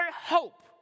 hope